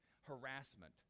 harassment